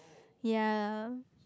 yea